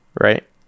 right